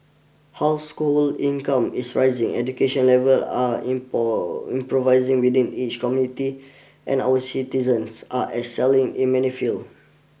household income is rising education levels are improvising within each community and our citizens are excelling in many fields